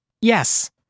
Yes